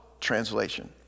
translation